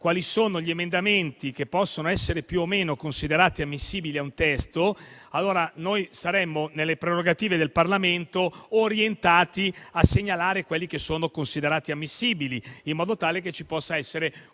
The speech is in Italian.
quali sono gli emendamenti che possono essere più o meno considerati ammissibili a un testo, allora saremmo orientati, nelle prerogative del Parlamento, a segnalare quelli che sono considerati ammissibili, in modo tale che ci possa essere